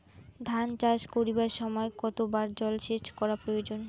ধান চাষ করিবার সময় কতবার জলসেচ করা প্রয়োজন?